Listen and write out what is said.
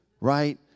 right